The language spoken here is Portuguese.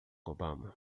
obama